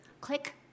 Click